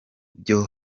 byo